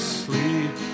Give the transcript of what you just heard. sleep